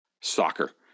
soccer